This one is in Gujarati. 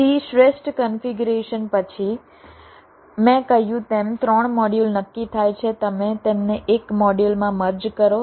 તેથી શ્રેષ્ઠ કન્ફિગરેશન પછી મેં કહ્યું તેમ 3 મોડ્યુલ નક્કી થાય છે તમે તેમને એક મોડ્યુલમાં મર્જ કરો